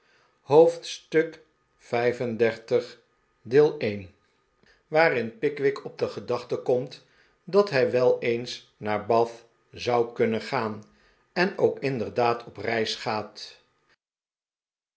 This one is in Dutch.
hoofdstuk xxxv waarin pickwick op de gedachte komt dat hij wel eens naar bath zou kunnen gaan en ook inderdaad op reis gaat